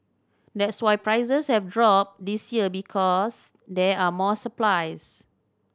that's why prices have dropped this year because there are more supplies